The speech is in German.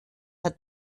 herr